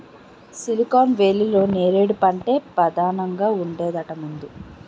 silicon వేలీలో నేరేడు పంటే పదానంగా ఉండేదట ముందు